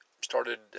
started